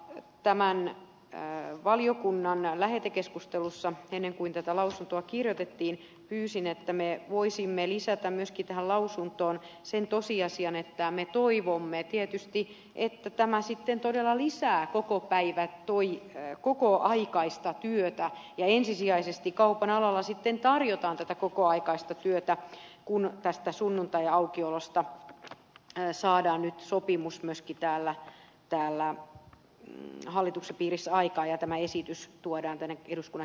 tämän valiokunnan valmistavassa keskustelussa ennen kuin tätä lausuntoa kirjoitettiin pyysin että me voisimme lisätä myöskin tähän lausuntoon sen tosiasian että me toivomme tietysti että tämä sitten todella lisää kokoaikaista työtä ja ensisijaisesti kaupan alalla sitten tarjotaan tätä kokoaikaista työtä kun tästä sunnuntaiaukiolosta saadaan nyt sopimus myöskin täällä hallituksen piirissä aikaan ja tämä esitys tuodaan tänne eduskunnan käsiteltäväksi